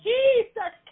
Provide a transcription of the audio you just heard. Jesus